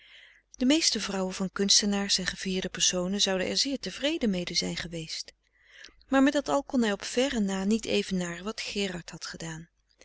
de meeste vrouwen van kunstenaars en gevierde personen zouden er zeer tevreden mede zijn geweest maar met dat al kon hij op verre na niet evenaren wat gerard had gedaan